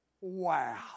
Wow